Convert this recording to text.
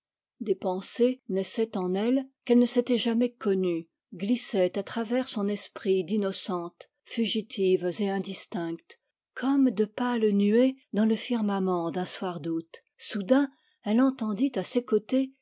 des pensées naissaient en elle qu'elle ne s'était jamais connues glissaient à travers son esprit d'innocente fugitives et indistinctes comme de pâles nuées dans le firmament d'un soir d'août soudain elle entendit à ses côtés